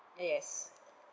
ah yes